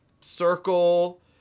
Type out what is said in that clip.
circle